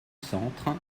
centre